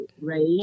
Right